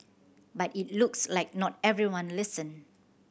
but it looks like not everyone listened